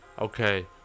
okay